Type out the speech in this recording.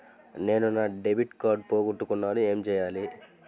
నేను నా debit card పోగొట్టుకున్నాను ఏమి చేయాలి?